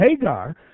Hagar